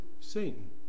Satan